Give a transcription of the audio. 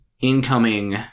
incoming